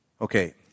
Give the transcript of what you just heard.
Okay